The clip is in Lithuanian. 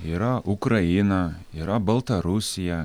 yra ukraina yra baltarusija